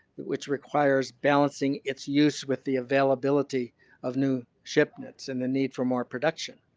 which requires balancing it's use with the availability of new shipments and the need for more production.